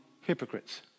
hypocrites